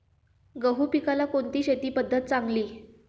गहू पिकाला कोणती शेती पद्धत चांगली?